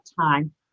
time